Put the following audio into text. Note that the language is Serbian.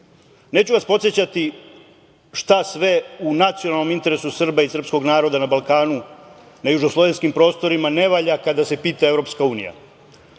putu. Neću vas podsećati šta sve u nacionalnom interesu Srba i srpskog naroda na Balkanu, na južno slovenskim prostorima ne valja kad se pita EU.Predstavnici